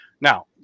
Now